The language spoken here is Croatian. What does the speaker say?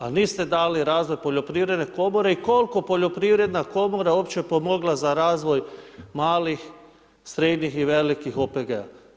A niste dali razvoj Poljoprivredne komore i koliko Poljoprivredna komora je uopće pomogla za razvoj malih, srednjih i velikih OPG-a.